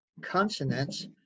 consonants